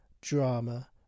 drama